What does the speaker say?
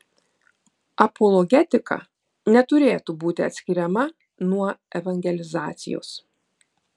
apologetika neturėtų būti atskiriama nuo evangelizacijos